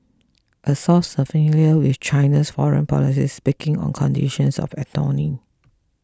a source familiar with China's foreign policy speaking on conditions of anonymity